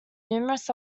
numerous